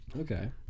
Okay